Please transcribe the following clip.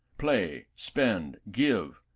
play, spend, give,